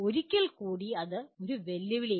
ഒരിക്കൽ കൂടി അത് ഒരു വെല്ലുവിളിയാണ്